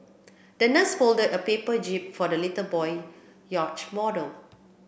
the nurse folded a paper jib for the little boy yacht model